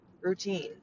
routine